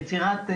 יצירת,